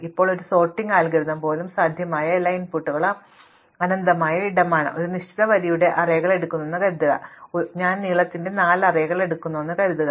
ഇപ്പോൾ ഒരു sorting algorithm പോലും സാധ്യമായ എല്ലാ ഇൻപുട്ടുകളും അനന്തമായ ഇടമാണ് ഞാൻ ഒരു നിശ്ചിത വരിയുടെ അറേകൾ എടുക്കുന്നുവെന്ന് കരുതുക ഞാൻ നീളത്തിന്റെ 4 അറേകൾ എടുക്കുന്നുവെന്ന് കരുതുക